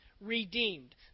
redeemed